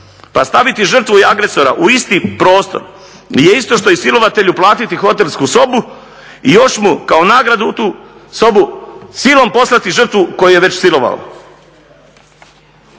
pa staviti žrtvu i agresora u isti prostor je isto što i silovatelju platiti hotelsku sobu i još mu kao nagradu u tu sobu silom poslati žrtvu koju je već silovao.